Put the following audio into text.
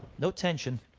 no tension.